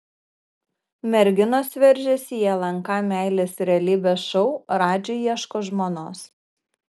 merginos veržiasi į lnk meilės realybės šou radži ieško žmonos